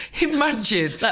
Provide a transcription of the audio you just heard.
imagine